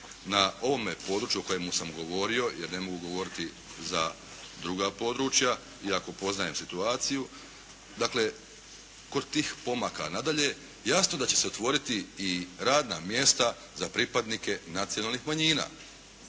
na ovome području o kojem u sam govorio jer ne mogu govoriti za druga područja iako poznajem situaciju, dakle kod tih pomaka. Nadalje jasno da će se otvoriti i radna mjesta za pripadnike nacionalnih manjina.